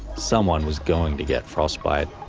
someone was going to get frostbite.